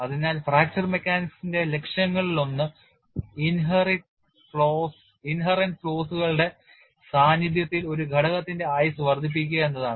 അതിനാൽ ഫ്രാക്ചർ മെക്കാനിക്സിന്റെ ലക്ഷ്യങ്ങളിലൊന്ന് inherent flaws കളുടെ സാന്നിധ്യത്തിൽ ഒരു ഘടകത്തിന്റെ ആയുസ്സ് വർദ്ധിപ്പിക്കുക എന്നതാണ്